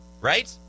Right